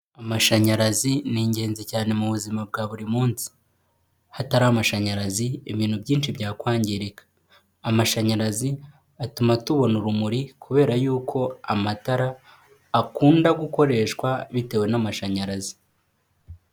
Amashanyarazi ni ingenzi cyane mu buzima bwa buri munsi, hatari amashanyarazi ibintu byinshi byakwangirika, amashanyarazi atuma tubona urumuri, kubera yuko amatara, akunda gukoreshwa bitewe n'amashanyarazi.